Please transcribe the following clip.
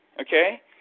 Okay